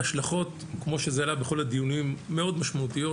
ההשלכות, כפי שעלה בכל הדיונים, מאד משמעותיות.